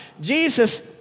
Jesus